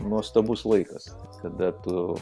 nuostabus laikas kada tu